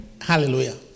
Hallelujah